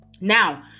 Now